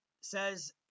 says